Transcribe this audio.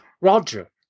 roger